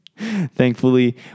thankfully